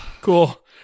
Cool